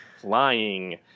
flying